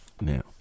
now